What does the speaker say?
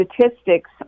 statistics